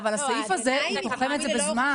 אבל הסעיף הזה תוחם את זה בזמן.